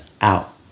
out